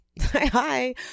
Hi